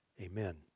amen